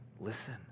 listen